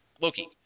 Loki